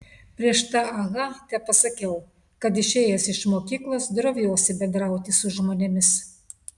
prieš tą aha tepasakiau kad išėjęs iš mokyklos droviuosi bendrauti su žmonėmis